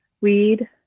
weed